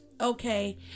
okay